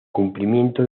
cumplimiento